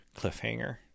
cliffhanger